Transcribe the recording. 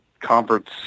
conference